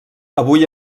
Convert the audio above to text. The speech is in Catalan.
avui